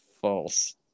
false